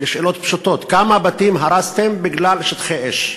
שאלות פשוטות: כמה בתים הרסתם בגלל שטחי אש?